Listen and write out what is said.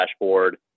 dashboard